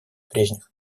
прежних